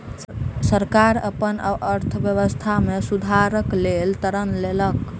सरकार अपन अर्थव्यवस्था में सुधारक लेल ऋण लेलक